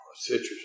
citrus